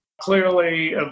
clearly